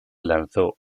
lanzó